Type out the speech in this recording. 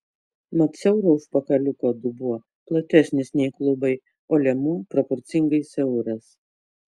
mat siauro užpakaliuko dubuo platesnis nei klubai o liemuo proporcingai siauras